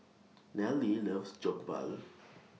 Nallely loves Jokbal